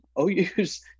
OU's